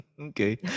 Okay